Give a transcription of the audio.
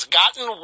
gotten